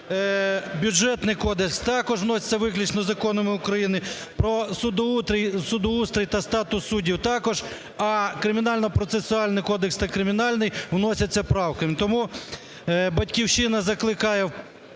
Бюджетний кодекс також вносяться виключно законами України. Про судоустрій та статус суддів – також. А Кримінально-процесуальний кодекс та Кримінальний вносяться правки. Тому "Батьківщина" закликає